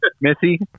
Missy